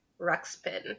Ruxpin